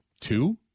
Two